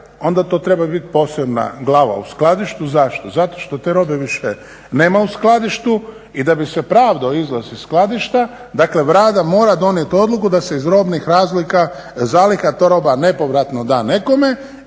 onda to trebaju biti posebna glava u skladištu. Zašto, zato što te robe više nema u skladištu i da bi se pravdao izlaz iz skladišta dakle Vlada mora donijet odluku da se iz robnih zaliha ta roba nepovratno da nekome